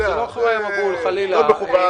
לא, זה לא אחריי המבול, חלילה.